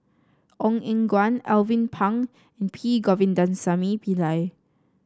Ong Eng Guan Alvin Pang and P Govindasamy Pillai